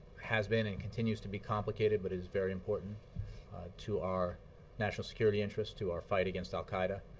has been and continues to be complicated but is very important to our national security interest, to our fight against al qaeda,